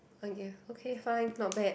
okay okay fine not bad